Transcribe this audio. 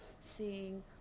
seeing